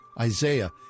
Isaiah